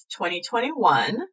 2021